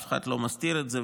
אף אחד לא מסתיר את זה.